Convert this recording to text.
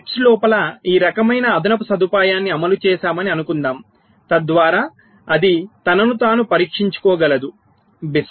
chips లోపల ఈ రకమైన అదనపు సదుపాయాన్ని అమలు చేశామని అనుకుందాం తద్వారా అది తనను తాను పరీక్షించుకోగలదు BIST